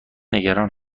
نگران